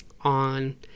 on